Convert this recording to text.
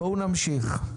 בואו נמשיך.